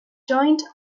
joint